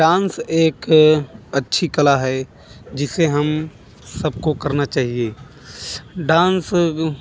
dance एक अच्छी कला है जिसे हम सब को करना चाहिए डांस